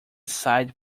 side